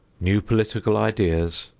new political ideas,